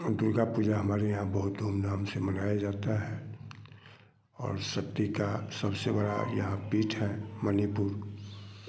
और दुर्गा पूजा हमारे यहाँ बहुत धूमधाम से मनाई जाती है और सत्ती का सबसे बड़ा यहाँ पीठ है मणिपुर